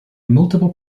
multiple